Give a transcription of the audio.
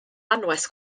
anwes